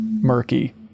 murky